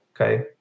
okay